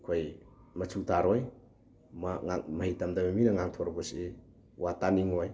ꯑꯩꯈꯣꯏ ꯃꯆꯨ ꯇꯥꯔꯣꯏ ꯃꯍꯩ ꯇꯝꯗꯕ ꯃꯤꯅ ꯉꯥꯡꯊꯣꯔꯛꯄꯁꯤ ꯋꯥ ꯇꯥꯅꯤꯡꯉꯣꯏ